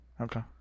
Okay